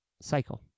cycle